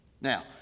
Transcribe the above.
Now